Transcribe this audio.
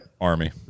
army